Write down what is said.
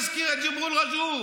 מי מזכיר את זה ג'יבריל רג'וב?